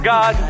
God